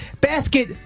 basket